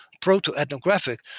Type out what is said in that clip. proto-ethnographic